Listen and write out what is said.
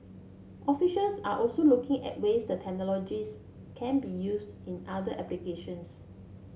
officials are also looking at ways the can be use in other applications